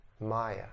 maya